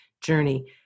journey